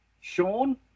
Sean